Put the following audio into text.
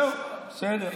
זהו, בסדר.